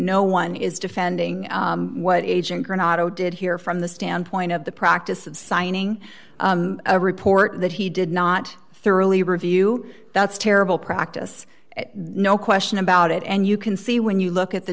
no one is defending what agent granato did here from the standpoint of the practice of signing a report that he did not thoroughly review that's terrible practice no question about it and you can see when you look at the